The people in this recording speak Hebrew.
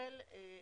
לא יאוחר מ-1